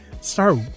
start